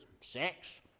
sex